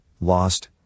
lost